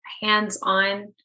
hands-on